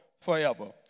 forever